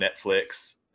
netflix